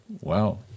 Wow